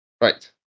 Right